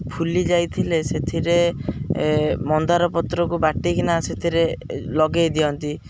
ଫୁଲି ଯାଇଥିଲେ ସେଥିରେ ମନ୍ଦାର ପତ୍ରକୁ ବାଟିକିନା ସେଥିରେ ଲଗେଇ ଦିଅନ୍ତି